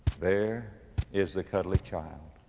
there is the cuddly child,